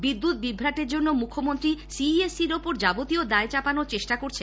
বিদ্যুৎ বিভ্রাটের জন্য মুখ্যমন্ত্রী সিইএসসির উপর যাবতীয় দায় চাপানোর চেষ্টা করছেন